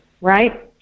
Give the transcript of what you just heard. Right